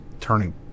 turning